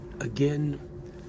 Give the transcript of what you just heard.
again